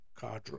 cadre